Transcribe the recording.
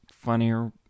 funnier